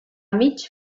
mig